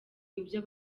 ibyo